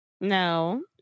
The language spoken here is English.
No